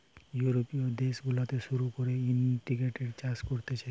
ইউরোপীয় দেশ গুলাতে শুরু কোরে ইন্টিগ্রেটেড চাষ কোরছে